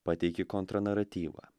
pateiki kontranaratyvą